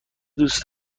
دوست